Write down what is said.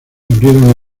abrieron